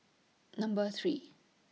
Number three